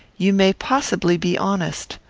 you may possibly be honest.